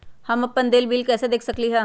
हम अपन देल बिल कैसे देख सकली ह?